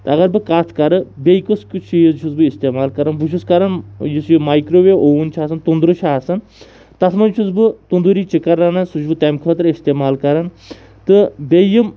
اگر بہٕ کَتھ کَرٕ بیٚیہِ کُس کُس چیٖز چھُس بہٕ استعمال کَران بہٕ چھُس کَران یُس یہِ مایکرٛو ویو اوٚوُن یہِ چھِ آسان توٚنٛدرٕ چھِ آسان تَتھ منٛز چھُس بہٕ توٚندوٗری چِکَن رَنَان سُہ چھُس بہٕ تَمہِ خٲطرٕ استعمال کَران تہٕ بیٚیہِ یِم